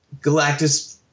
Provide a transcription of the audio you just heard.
Galactus